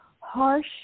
harsh